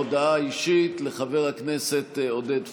הודעה אישית לחבר הכנסת עודד פורר.